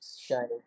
shining